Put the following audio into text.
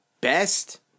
best